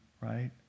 right